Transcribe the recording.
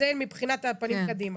זה מבחינת הפנים קדימה.